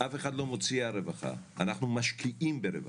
אף אחד לא מוציא על רווחה, אנחנו משקיעים ברווחה.